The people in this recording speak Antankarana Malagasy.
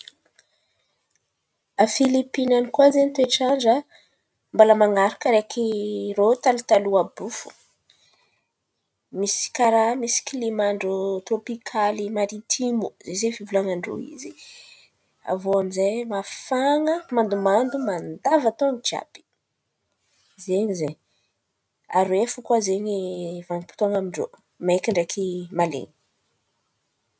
A Filipiny an̈y koa zen̈y toetrandra, mbala man̈araka araiky irô talotaloha àby iô fo. Misy karàha misy kliman-drô tirôpikaly maritimo. Ze zen̈y fivolan̈an-drô izy. Avô aminjay mafana, mandomando mandavataona jiàby, zen̈y ze. Aroe fo koa zen̈y vanim-potoan̈a amin-drô: maiky ndaiky malen̈y.